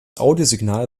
audiosignal